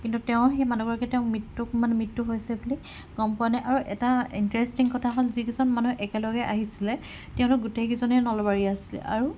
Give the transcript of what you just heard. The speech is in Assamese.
কিন্তু তেওঁৰ সেই মানুহগৰাকী তেওঁৰ মৃত্যু মানে মৃত্যু হৈছে বুলি গম পোৱা নাই আৰু এটা ইণ্টাৰেষ্টিং কথা হ'ল যিকিজন মানুহ একেলগে আহিছিলে তেওঁলোক গোটেই কেইজনে নলবাৰীৰ আছিলে আৰু